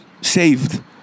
saved